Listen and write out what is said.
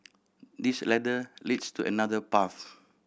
this ladder leads to another path